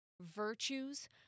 virtues